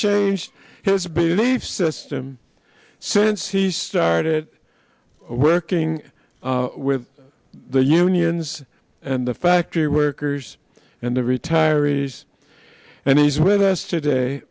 changed his belief system since he started working with the unions and the factory workers and the retirees and he's with us today